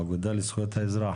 האגודה לזכויות האזרח,